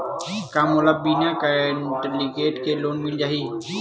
का मोला बिना कौंटलीकेट के लोन मिल जाही?